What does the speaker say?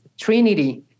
trinity